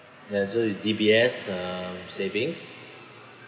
ya so it's D_B_S um savings